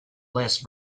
less